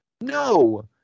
no